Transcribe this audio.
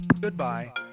Goodbye